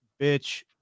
bitch